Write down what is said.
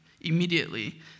Immediately